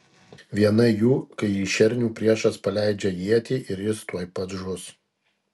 viena jų kai į šernių priešas paleidžia ietį ir jis tuoj pat žus